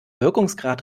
wirkungsgrad